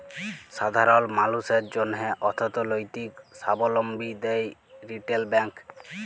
সাধারল মালুসের জ্যনহে অথ্থলৈতিক সাবলম্বী দেয় রিটেল ব্যাংক